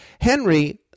Henry